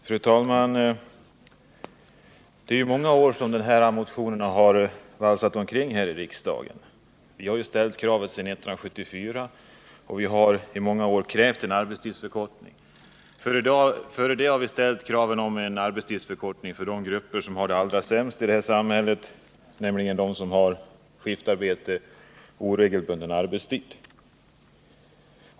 Fru talman! Under många år har de här motionerna valsat omkring här i riksdagen. Vi har sedan 1974 ställt kravet på en arbetstidsförkortning. Dessförinnan har vi ställt krav på en arbetstidsförkortning för de grupper som har det allra sämst i det här samhället, nämligen de som har skiftarbete och oregelbunden arbetstid.